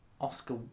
Oscar